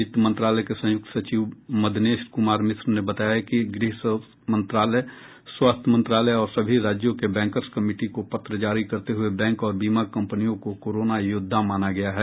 वित्त मंत्रालय के संयुक्त सचिव मदनेश कुमार मिश्र ने बताया कि गृह मंत्रालय स्वास्थ्य मंत्रालय और सभी राज्यों के बैंकर्स कमिटी को पत्र जारी करते हुये बैंक और बीमा कर्मियों को कोरोना योद्धा माना है